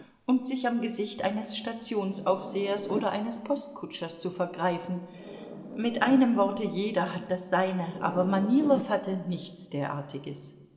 und sich am gesicht eines stationsaufsehers oder eines postkutschers zu vergreifen mit einem worte jeder hat das seine aber manilow hatte nichts derartiges